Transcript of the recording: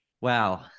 Wow